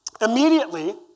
immediately